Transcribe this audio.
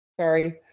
sorry